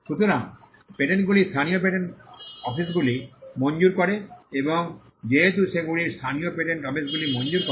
সুতরাং পেটেন্টগুলি স্থানীয় পেটেন্ট অফিসগুলি মঞ্জুর করে এবং যেহেতু সেগুলি স্থানীয় পেটেন্ট অফিসগুলি মঞ্জুর করে